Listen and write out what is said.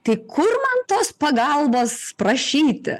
tai kur man tos pagalbos prašyti